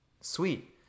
Sweet